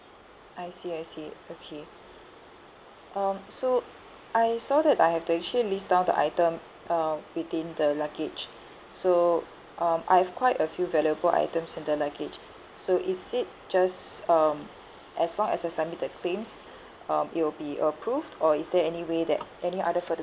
I see I see okay um so I saw that I have to actually list down the item um within the luggage so um I have quite a few valuable items in the luggage so is it just um as long as I submit the claims um it will be approved or is there any way that any other further